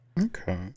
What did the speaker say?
Okay